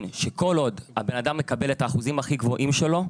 שכל עוד הבן אדם מקבל את האחוזים הכי גבוהים שלו,